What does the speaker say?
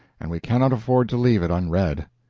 and we cannot afford to leave it unread.